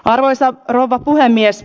arvoisa rouva puhemies